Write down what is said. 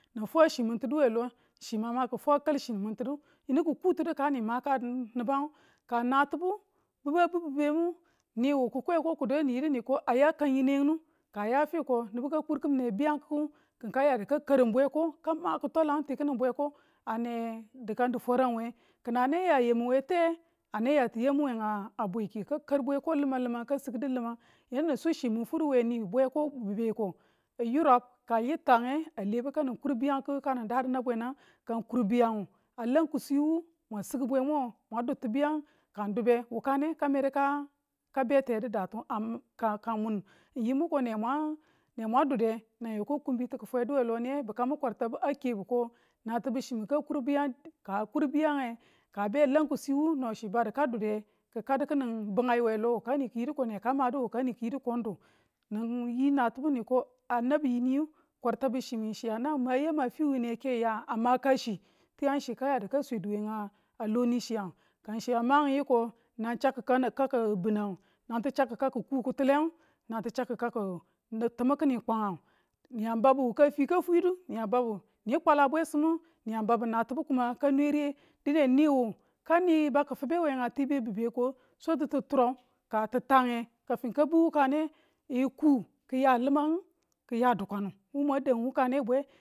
ni fwachi min tinu we lo yiko ki fwa kalchi mintinu, yinu ki kotinu kang ni maka nibang ka natibu bibu a bibbimu nii wu kikweko kidwage nin yidu ko a ya kan yinengnu ka a ya fiko nibu ka kurkimin biyang kikki n kin ka yadu ka karing bweko ka ma kitwalang ti kini bweko a ne dikan di fwaran we. Kin ane ya yam we te ane ya ti yam we a bwikiyu ka kar bweko limang limang ka sigidu limang, yinu ni su chi min furu we ni bweko bibbe ko i yirau ka yitta ng, a lebu kanin kur biyang kiku kanang ka nin dadu nabwe nang ka ng kur biyangu a lamkuswi u mwan sidu bwemonge mwan dutu beyangu ka ng dube wukane ka medu ka ka mum mu yidu ko ne mwan dude nang yoko kunbiti ki fwedu we loniye bekamu kwartabu a ke bu ko natibu che mu ka kur biyangu, ka a kur biyange ka be lan kuswiwu. no chi ba bu kadude. Ke kadu kine bungai we lo, wukani ko neka madu wukani ko ng du nin ye natibu ko a nabu yiniyu keartabu chimu a nan ma yamu a fi wiine ke ya nan makachi, tiyang chi ka swedu we nga loni chiyanu ka ng chi a ma ng yiko nang chakikakun, nan chakuku binangu, nan ti chakukaku lo kituleng nan ti chakikaku timi kini kwan, ni a babu wukane fe ka fwidu ni a babu ni kwala bwesimu, ni a babu natibu kuma ka nwe riye dine niwu ka i baki fibe we tibe bibeko swatitu turaau ka tittange kafin ka bu wukane i kuu kiya limangu ki ya dukau wu mwag dau wakane bwe